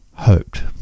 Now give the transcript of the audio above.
Hoped